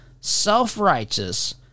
self-righteous